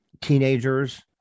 teenagers